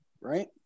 right